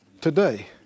today